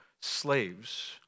slaves